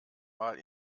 mal